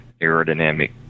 aerodynamic